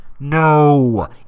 No